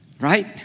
Right